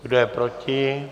Kdo je proti?